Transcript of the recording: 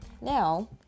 Now